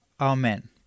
Amen